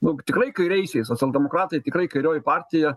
nu tikrai kairiaisiais socialdemokratai tikrai kairioji partija